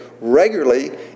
regularly